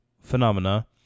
Phenomena